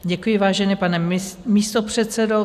Děkuji, vážený pane místopředsedo.